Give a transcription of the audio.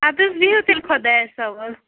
اَدٕ حظ بِہو تیٚلہِ خۄدایَس حوال